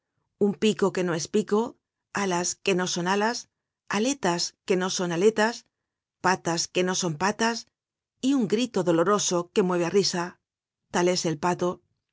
un pico que no es pico alas que no son alas aletas que no son aletas patas que no son patas y un grito doloroso que mueve á risa tal es el pato